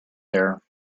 there